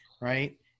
Right